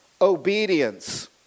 obedience